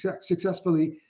Successfully